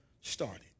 started